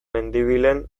mendibilen